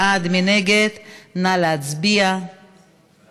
התרבות והספורט להכנה לקריאה שנייה